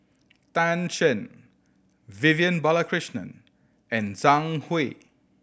Tan Shen Vivian Balakrishnan and Zhang Hui